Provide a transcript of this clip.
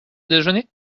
déjeuner